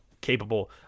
capable